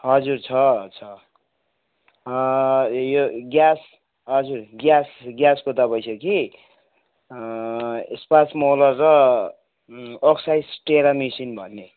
हजुर छ छ यो ग्यास हजुर ग्यास ग्यासको दवाई छ कि स्पासमोलर र अक्साइट टेरीमेसिन भन्ने